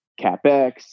capex